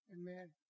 Amen